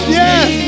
yes